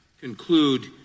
conclude